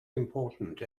important